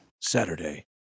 Saturday